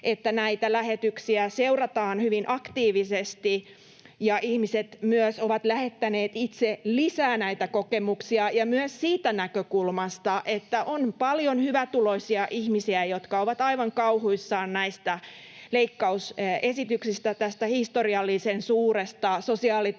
että näitä lähetyksiä seurataan hyvin aktiivisesti. Ihmiset myös ovat lähettäneet itse lisää näitä kokemuksia, myös siitä näkökulmasta, että on paljon hyvätuloisia ihmisiä, jotka ovat aivan kauhuissaan näistä leikkausesityksistä, tästä historiallisen suuresta